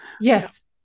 Yes